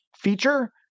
feature